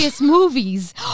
movies